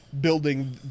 building